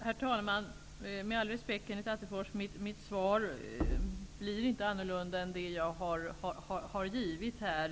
Herr talman! Med all respekt, Kenneth Attefors -- mitt svar blir inte annorlunda än det som jag har gett här.